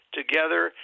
together